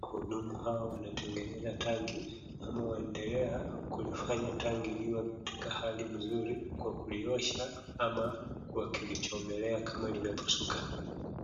Wahudumu hawa wanatengeneza tanki, ama wanaendelea kulifanya tanki liwe katika hali nzuri kwa kuliosha, ama kwa kulichomelea kama limepasuka.